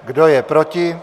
Kdo je proti?